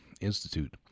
Institute